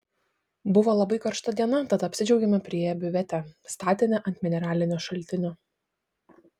buvo labai karšta diena tad apsidžiaugėme priėję biuvetę statinį ant mineralinio šaltinio